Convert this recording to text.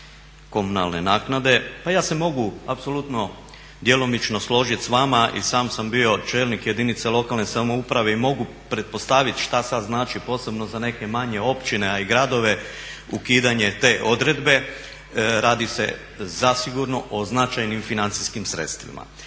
komunalne naknade, pa ja se mogu apsolutno djelomično složiti s vama i sam sam bio čelnik jedinice lokalne samouprave i mogu pretpostaviti šta sada znači posebno za neke manje općine a i gradove ukidanje te odredbe, radi se zasigurno o značajnim financijskim sredstvima.